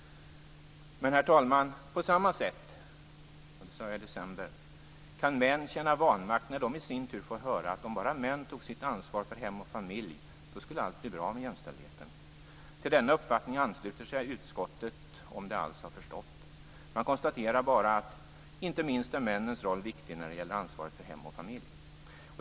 Men, herr talman, på samma sätt kan män känna vanmakt när de i sin tur får höra att allt skulle bli bra med jämställdheten om bara män tog sitt ansvar för hem och familj. Till denna uppfattning ansluter sig utskottet - om det alls har förstått. Man konstaterar bara: "Inte minst är männens roll viktig när det gäller ansvaret för hem och familj."